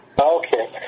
Okay